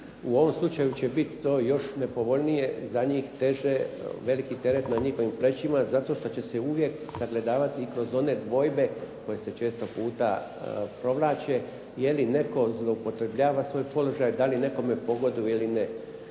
U ovom slučaju će to biti još nepovoljnije, za njih teže, velik je teret na njihovim plećima, zato što će se uvijek sagledavati kroz one dvojbe koje se često puta provlače, je li netko zloupotrebljava svoj položaj, da li nekome pogoduje ili ne.